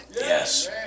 Yes